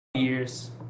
Years